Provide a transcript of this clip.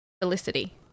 Felicity